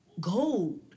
gold